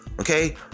okay